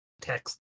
text